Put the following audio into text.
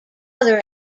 other